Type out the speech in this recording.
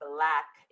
Black